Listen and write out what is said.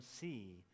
see